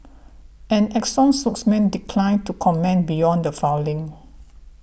an Exxon spokesman declined to comment beyond the filing